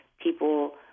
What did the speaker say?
people